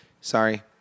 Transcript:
sorry